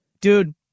dude –